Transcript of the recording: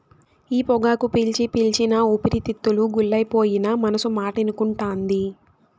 ఈ పొగాకు పీల్చి పీల్చి నా ఊపిరితిత్తులు గుల్లైపోయినా మనసు మాటినకుంటాంది